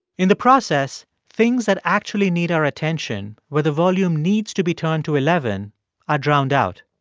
in the process, things that actually need our attention where the volume needs to be turned to eleven are drowned out.